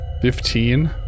fifteen